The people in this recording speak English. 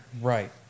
Right